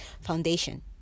foundation